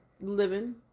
living